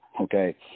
okay